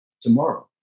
tomorrow